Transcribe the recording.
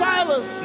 Silas